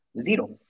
Zero